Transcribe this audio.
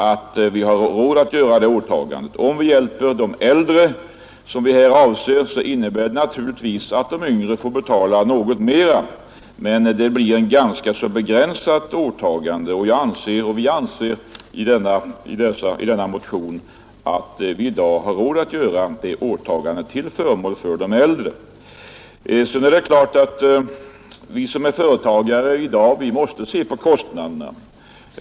Det var vi emot. Om vi hjälper de äldre så som vi här avser, betyder det naturligtvis att de yngre får betala något mera, men det blir i ganska begränsad omfattning, och vi framhåller i denna motion att vi i dag har råd att göra det åtagandet till förmån för de äldre. Det är klart att vi som är företagare i dag måste se på kostnaderna.